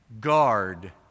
guard